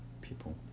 people